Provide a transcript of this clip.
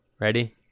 Ready